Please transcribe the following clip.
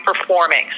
performing